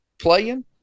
playing